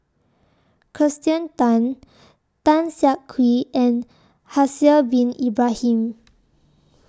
Kirsten Tan Tan Siah Kwee and Haslir Bin Ibrahim